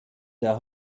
der